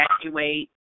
evacuate